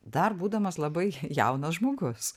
dar būdamas labai jaunas žmogus